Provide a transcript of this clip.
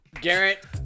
Garrett